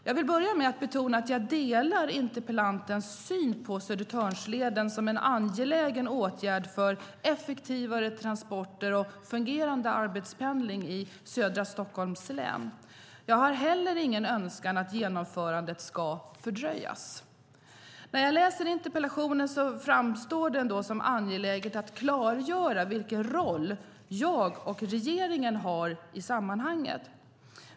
Jag vill börja med att betona att jag delar interpellantens syn på Södertörnsleden som en angelägen åtgärd för effektivare transporter och fungerande arbetspendling i södra Stockholms län. Jag har heller ingen önskan att genomförandet ska fördröjas. När jag läser interpellationen framstår det som angeläget att klargöra vilken roll jag och regeringen har i sammanhanget.